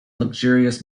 luxurious